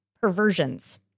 perversions